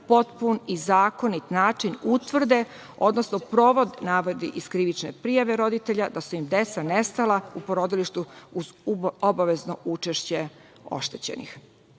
potpun i zakonit način utvrde, odnosno provod navodi iz krivične prijave roditelja, da su im deca nestala u porodilištu, uz obavezno učešće oštećenih. Više